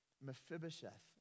Mephibosheth